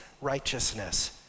righteousness